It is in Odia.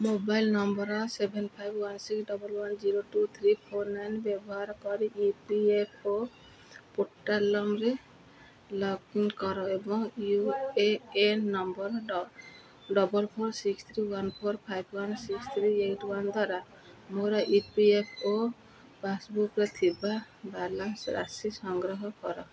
mobile number seven five one six double one zero two three four nine ବ୍ୟବହାର କରି ଇ ପି ଏଫ୍ ଓ ପୋର୍ଟାଲ୍ରେ ଲଗ୍ଇନ୍ କର ଏବଂ U A N number double four six three one four five one six three eight one ଦ୍ଵାରା ମୋର ଇ ପି ଏଫ୍ ଓ ପାସ୍ବୁକ୍ରେ ଥିବା ବାଲାନ୍ସ ରାଶି ସଂଗ୍ରହ କର